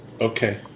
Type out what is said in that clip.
Okay